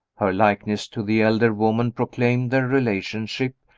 her likeness to the elder woman proclaimed their relationship,